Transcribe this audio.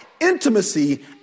intimacy